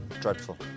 Dreadful